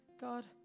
God